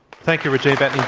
thank you, rajaie batniji